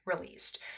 released